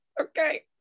Okay